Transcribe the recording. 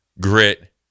grit